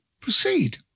proceed